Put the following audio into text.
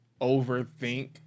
overthink